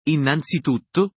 Innanzitutto